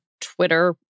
Twitter